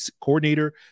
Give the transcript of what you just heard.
coordinator